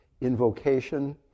invocation